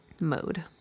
mode